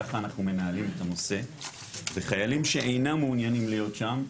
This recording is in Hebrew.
ככה אנחנו מנהלים את הנושא וחיילים שאינם מעוניינים להיות שם,